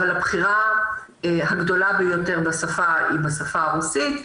אבל הבחירה הגדולה ביותר היא בשפה הרוסית.